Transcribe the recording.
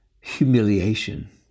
humiliation